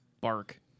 bark